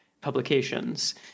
publications